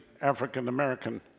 African-American